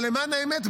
אבל למען האמת,